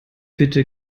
bitte